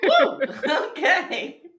Okay